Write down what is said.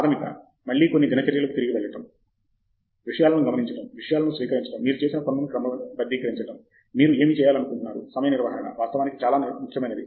దేశ్పాండే మరియు ప్రాథమిక మళ్ళీ కొన్ని దినచర్యలకు తిరిగి వెళ్లడం విషయాలను గమనించడం విషయాలను స్వీకరించటం మీరు చేసిన పనులను క్రమబద్ధీకరించడం మీరు ఏమి చేయాలనుకుంటున్నారు సమయ నిర్వహణ వాస్తవానికి చాలా ముఖ్యమైనది